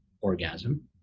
orgasm